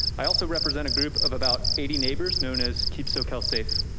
i also represent a group of about eighty neighbors known as keeps socal safe.